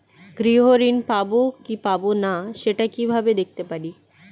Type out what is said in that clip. গৃহ ঋণ পাবো কি পাবো না সেটা কিভাবে দেখতে পারি?